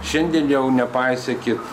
šiandien jau nepaisykit